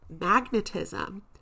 magnetism